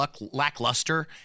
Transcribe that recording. lackluster